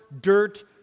dirt